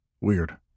Weird